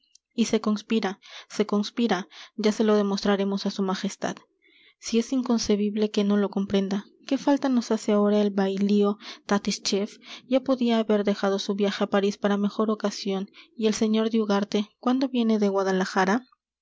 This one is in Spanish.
y se conspira se conspira ya se lo demostraremos a su majestad si es inconcebible que no lo comprenda qué falta nos hace ahora el bailío tattischief ya podía haber dejado su viaje a parís para mejor ocasión y el sr de ugarte cuándo viene de guadalajara